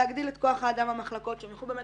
להגדיל את כוח האדם במחלקות שהם יוכלו באמת